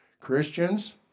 Christians